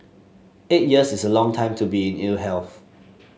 eight years is a long time to be in ill health